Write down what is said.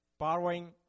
Borrowing